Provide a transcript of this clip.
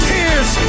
Tears